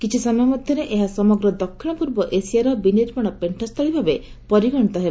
କିଛିସମୟ ମଧ୍ଧରେ ଏହା ସମଗ୍ର ଦକ୍ଷିଣ ପୂର୍ବ ଏସିଆର ବିନିର୍ମାଣ ପେଶ୍ଚସ୍ସଳୀ ଭାବେ ପରିଗଣିତ ହେବ